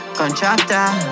contractor